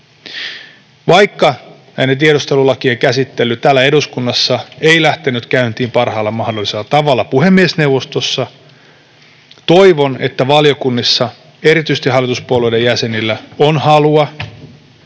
Vaikka näiden tiedustelulakien käsittely täällä eduskunnassa ei lähtenyt käyntiin parhaalla mahdollisella tavalla puhemiesneuvostossa, toivon, että valiokunnissa erityisesti hallituspuolueiden jäsenillä on halua